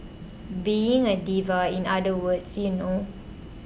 being a diva in other words you know